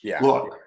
Look